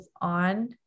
on